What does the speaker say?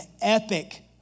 epic